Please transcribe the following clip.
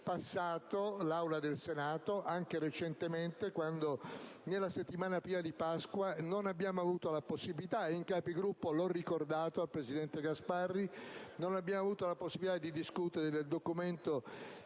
passato l'Aula del Senato, anche recentemente, quando la settimana prima di Pasqua non abbiamo avuto la possibilità - e in Capigruppo l'ho ricordato al presidente Gasparri - di discutere del Documento